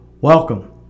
Welcome